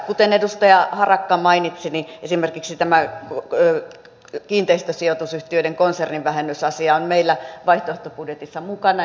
kuten edustaja harakka mainitsi niin esimerkiksi tämä kiinteistösijoitusyhtiöiden konsernivähennysasia on meillä vaihtoehtobudjetissa mukana